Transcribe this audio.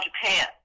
Japan